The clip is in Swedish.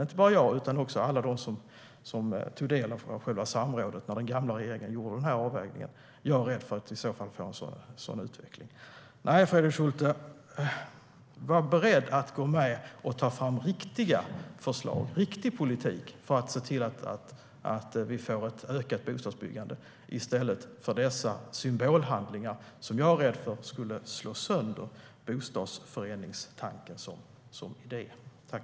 Inte bara jag utan även alla de som tog del av samrådet när den gamla regeringen gjorde sin avvägning är rädda för att det i så fall blir en sådan utveckling.